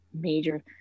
major